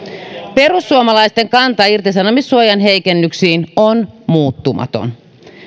perussuomalaisten kanta irtisanomissuojan heikennyksiin on muuttumaton